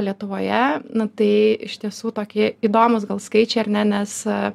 lietuvoje na tai iš tiesų tokie įdomūs gal skaičiai ar nes